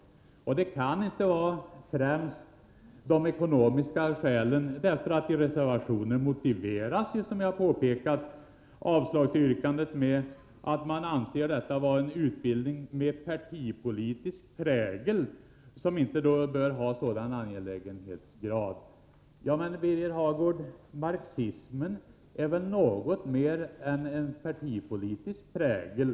Moderaternas ställningstagande kan inte vara motiverat främst av ekonomiska omständigheter — i reservationen motiveras ju, som jag har påpekat, avstyrkandet med att man anser detta vara en utbildning med partipolitisk prägel, som inte bör ha sådan angelägenhetsgrad. Men, Birger Hagård, marxismen är väl något mer än en partipolitisk prägel!